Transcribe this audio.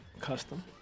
Custom